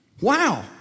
Wow